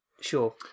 sure